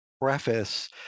preface